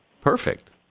Perfect